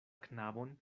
knabon